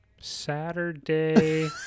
Saturday